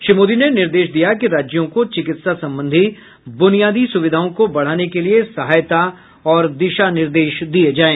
श्री मोदी ने निर्देश दिया कि राज्यों को चिकित्सा संबंधी बुनियादी सुविधाओं को बढाने के लिए सहायता और दिशा निर्देश दिए जाएं